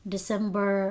December